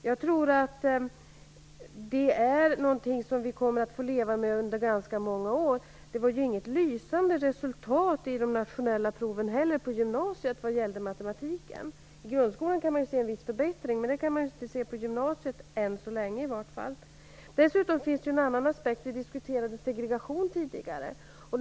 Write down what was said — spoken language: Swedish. Jag tror att detta är någonting som vi kommer att få leva med under ganska många år. Det var ju inte heller något lysande resultat i de nationella proven när det gällde matematiken på gymnasiet. I grundskolan kan man se en viss förbättring men det kan man än så länge inte göra på gymnasiet. Dessutom finns det en annan aspekt. Vi diskuterade tidigare segregation.